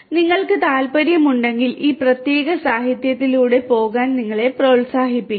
നിങ്ങൾക്ക് താൽപ്പര്യമുണ്ടെങ്കിൽ ഈ പ്രത്യേക സാഹിത്യത്തിലൂടെ പോകാൻ നിങ്ങളെ പ്രോത്സാഹിപ്പിക്കും